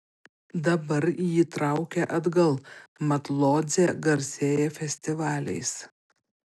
dabar jį traukia atgal mat lodzė garsėja festivaliais